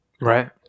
Right